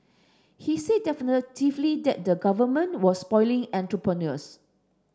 he said definitively that the Government was spoiling entrepreneurs